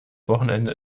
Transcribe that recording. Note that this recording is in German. wochenende